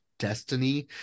Destiny